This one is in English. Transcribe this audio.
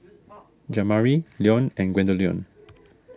Jamari Leon and Gwendolyn